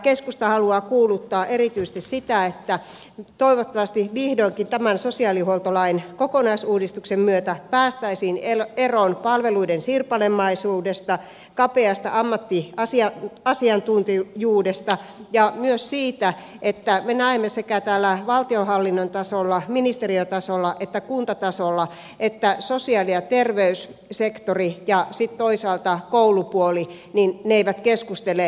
keskusta haluaa kuuluttaa erityisesti sitä että toivottavasti vihdoinkin tämän sosiaalihuoltolain kokonaisuudistuksen myötä päästäisiin eroon palveluiden sirpalemaisuudesta kapeasta ammattiasiantuntijuudesta ja myös siitä minkä me näemme sekä täällä valtionhallinnon tasolla ministeriötasolla että kuntatasolla että sosiaali ja terveyssektori ja sitten toisaalta koulupuoli eivät keskustele keskenään